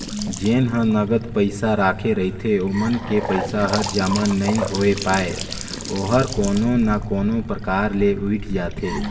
जेन ह नगद पइसा राखे रहिथे ओमन के पइसा हर जमा नइ होए पाये ओहर कोनो ना कोनो परकार ले उइठ जाथे